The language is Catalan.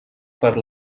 per